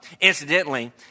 incidentally